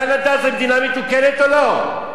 קנדה זו מדינה מתוקנת או לא?